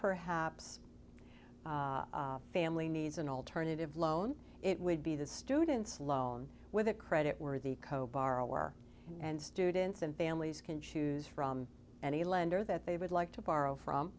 perhaps family needs an alternative loan it would be the students loan with a credit worthy cobar aware and students and families can choose from any lender that they would like to borrow from